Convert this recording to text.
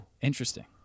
Interesting